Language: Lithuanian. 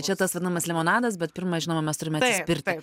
čia tas vadinamas limonadas bet pirma žinoma mes turime atsispirti